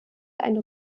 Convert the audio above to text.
eine